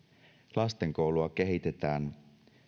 lasten koulua kehitetään